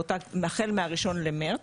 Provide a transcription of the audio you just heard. החל מה- 1 למרץ,